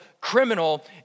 criminal